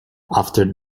after